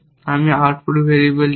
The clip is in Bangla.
আমি আউটপুট ভেরিয়েবল জানি